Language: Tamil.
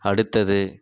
அடுத்தது